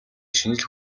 шинжлэх